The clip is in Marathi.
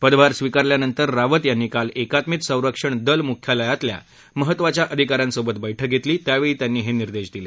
पदभार स्वीकारल्यानंतर रावत यांनी काल एकात्मिक सरक्षण दल मुख्यालयातल्या महत्वाच्या अधिकाऱ्यांसोबत बैठक घेतली त्यावेळी त्यांनी हे निर्देश दिले